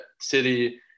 City